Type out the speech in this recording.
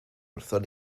wrthon